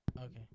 Okay